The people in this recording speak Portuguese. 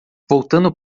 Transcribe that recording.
voltando